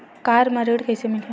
Car म ऋण कइसे मिलही?